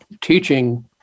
teaching